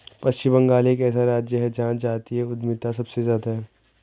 पश्चिम बंगाल एक ऐसा राज्य है जहां जातीय उद्यमिता सबसे ज्यादा हैं